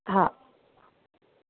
हा